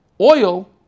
oil